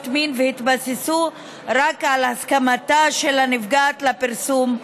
מין והתבססו רק על הסכמתה של הנפגעת לפרסום,